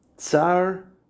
Tsar